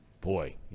boy